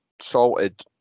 salted